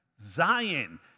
Zion